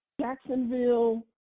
Jacksonville